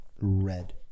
red